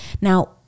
now